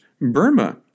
Burma